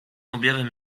objawem